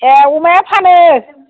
ए अमाया फानो